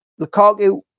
Lukaku